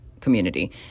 community